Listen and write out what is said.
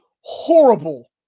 horrible